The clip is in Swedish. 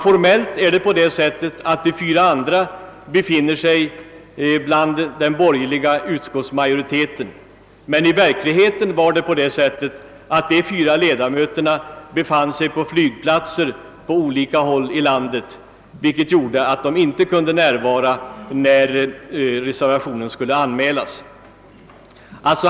Formellt befinner sig de fyra andra bland den borgerliga utskottsmajoriteten, men i verkligheten befann sig de fyra ledamöterna på flygplatser på olika håll i landet och kunde inte närvara när reservationen skulle anmälas.